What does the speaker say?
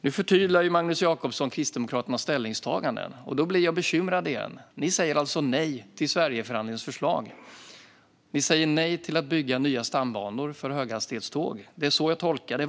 Nu förtydligar Magnus Jacobsson Kristdemokraternas ställningstagande, och då blir jag bekymrad igen. Ni säger alltså nej till Sverigeförhandlingens förslag; ni säger nej till att bygga nya stambanor för höghastighetståg. Det är så jag tolkar det.